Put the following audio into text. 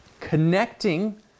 connecting